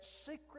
secret